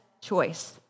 choice